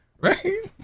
right